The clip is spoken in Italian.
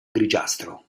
grigiastro